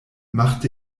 macht